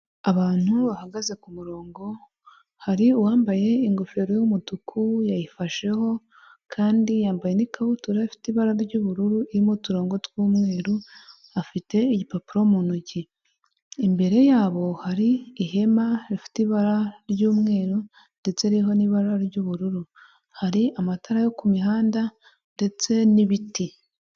Abantu bahagaze ku murongo, hari uwambaye ingofero y'umutuku yayifasheho kandi yambaye n'ikabutura ifite ibara ry'ubururu, irimo uturongo tw'umweru, afite igipapuro mu ntoki, imbere yabo hari ihema rifite ibara ry'mweru ndetse riiriho n'ibara ry'ubururu, hari amatara yo ku mihanda ndetse n'ibiti.